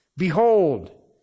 Behold